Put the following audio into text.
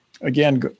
again